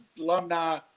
alumni